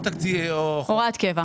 הוראת קבע.